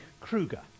Kruger